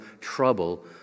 trouble